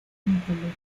mitológico